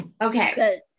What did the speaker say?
Okay